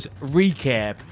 recap